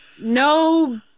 no